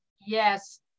Yes